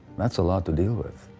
that's a lot to deal with.